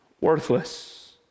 Worthless